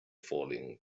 falling